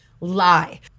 lie